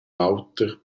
l’auter